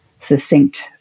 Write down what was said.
succinct